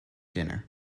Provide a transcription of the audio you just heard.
dinner